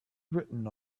written